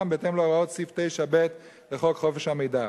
בהתאם להוראות סעיף 9(ב) לחוק חופש המידע.